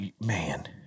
Man